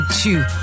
two